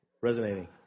resonating